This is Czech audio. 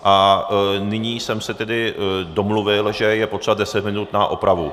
A nyní jsem se tedy domluvil, že je potřeba deset minut na opravu.